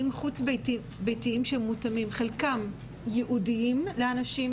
חוץ ביתיים שמותאמים - חלקם ייעודיים לאנשים